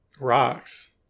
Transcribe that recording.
Rocks